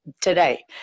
today